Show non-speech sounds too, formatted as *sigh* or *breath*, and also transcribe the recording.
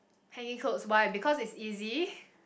hanging clothes why because it's easy *breath*